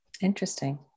Interesting